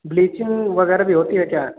bleaching वगैरह भी होती है क्या